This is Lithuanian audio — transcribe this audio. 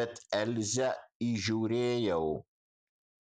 bet elzę įžiūrėjau